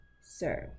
serve